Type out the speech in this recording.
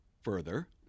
further